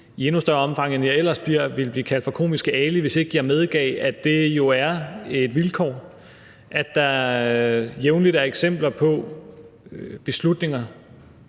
i endnu større omfang, end jeg ellers bliver, ville blive kaldt for komiske Ali, hvis ikke jeg medgav, at det jo er et vilkår, at der jævnligt er eksempler på beslutninger,